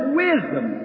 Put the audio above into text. wisdom